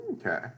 Okay